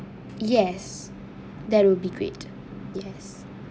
yes that will be great yes